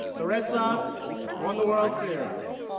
the red sox won the world series.